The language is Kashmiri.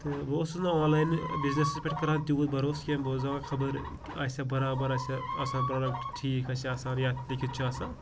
تہٕ بہٕ اوسُس نہٕ آنلاین بِزنِسَس پٮ۪ٹھ کَران تیوٗت بَروس کینٛہہ بہٕ اوسُس دَپان خبر آسہِ ہا برابر آسہِ ہا آسان پرٛوڈَکٹ ٹھیٖک آسہِ آسان یَتھ لیکِتھ چھِ آسان